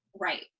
Right